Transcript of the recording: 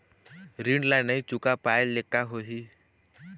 ऋण ला नई चुका पाय ले का होही?